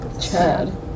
Chad